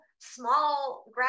small